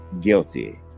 guilty